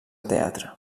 teatre